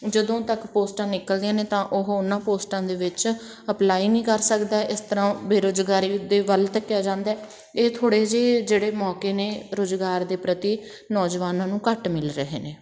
ਜਦੋਂ ਤੱਕ ਪੋਸਟਾਂ ਨਿਕਲਦੀਆਂ ਨੇ ਤਾਂ ਉਹ ਉਹਨਾਂ ਪੋਸਟਾਂ ਦੇ ਵਿੱਚ ਅਪਲਾਈ ਨਹੀਂ ਕਰ ਸਕਦਾ ਇਸ ਤਰ੍ਹਾਂ ਬੇਰੁਜ਼ਗਾਰੀ ਦੇ ਵੱਲ ਧੱਕਿਆ ਜਾਂਦਾ ਹੈ ਇਹ ਥੋੜ੍ਹੇ ਜਿਹੇ ਜਿਹੜੇ ਮੌਕੇ ਨੇ ਰੁਜ਼ਗਾਰ ਦੇ ਪ੍ਰਤੀ ਨੌਜਵਾਨਾਂ ਨੂੰ ਘੱਟ ਮਿਲ ਰਹੇ ਨੇ